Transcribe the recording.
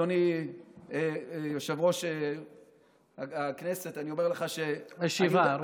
אדוני יושב-ראש הכנסת, אני אומר לך, הישיבה.